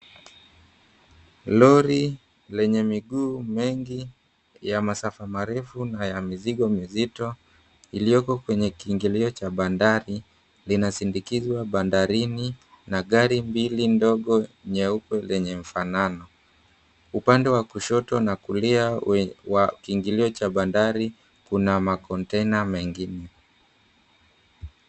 Lori lenye miguu mengi ya masafa marefu na ya mizigo mizito iliyoko kwenye kiingilio cha bandari, linasindikizwa bandarini na gari mbili ndogo nyeupe zenye mfanano. Upande wa kushoto na kulia wa kiingilio cha bandari kunamakonteina mengine.